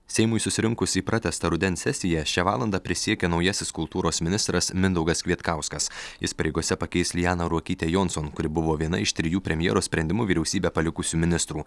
seimui susirinkus į pratęstą rudens sesiją šią valandą prisiekė naujasis kultūros ministras mindaugas kvietkauskas jis pareigose pakeis lijaną ruokytę jonson kuri buvo viena iš trijų premjero sprendimu vyriausybę palikusių ministrų